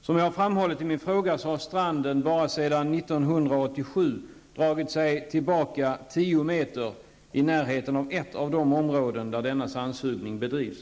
Som jag framhållit i min fråga, har stranden bara sedan 1987 dragit sig tillbaka 10 m i närheten av ett av de områden där sandsugning bedrivs.